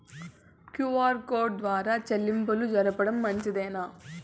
QR code ద్వారా చెల్లింపులు జరపడం మంచిదేనా?